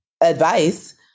advice